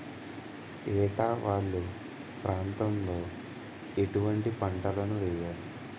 ఏటా వాలు ప్రాంతం లో ఎటువంటి పంటలు వేయాలి?